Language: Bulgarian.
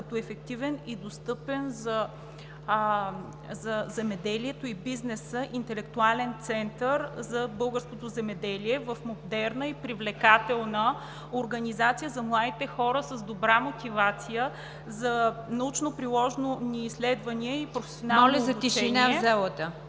като ефективен и достъпен за земеделието и бизнеса интелектуален център за българското земеделие, в модерна и привлекателна организация за младите хора с добра мотивация за научно-приложни изследвания и професионално обучение, инструмент за